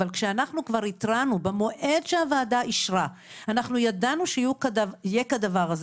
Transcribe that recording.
אבל כשאנחנו כבר התרענו במועד שהוועדה אישרה אנחנו ידענו שיהיה כדבר הזה